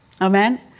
Amen